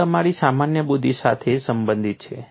આ તમારી સામાન્ય બુદ્ધિ સાથે સંબંધિત છે